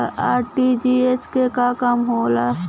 RTGS के का काम होला?